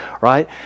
right